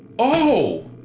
oh!